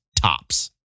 tops